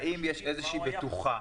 האם יש איזושהי בטוחה,